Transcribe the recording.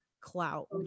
clout